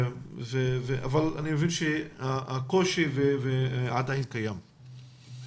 עם זאת, הקושי עדיין קיים.